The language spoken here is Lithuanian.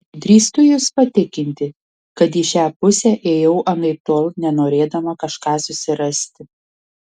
drįstu jus patikinti kad į šią pusę ėjau anaiptol ne norėdama kažką susirasti